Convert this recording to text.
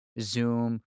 Zoom